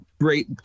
great